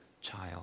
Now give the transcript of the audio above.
child